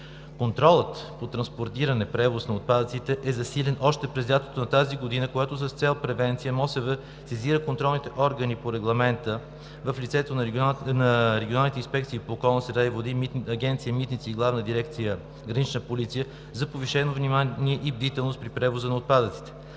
Контролът по транспортиране и превоз на отпадъците е засилен още през лятото на тази година, когато с цел превенция Министерството на околната среда и водите сезира контролните органи по Регламента в лицето на регионалните инспекции по околна среда и води, Агенция „Митници“ и Главна дирекция „Гранична полиция“ за повишено внимание и бдителност при превоза на отпадъците.